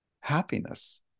happiness